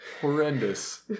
Horrendous